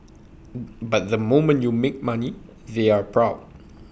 but the moment you make money they're proud